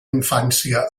infància